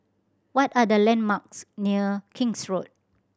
what are the landmarks near King's Road